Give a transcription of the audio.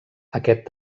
aquest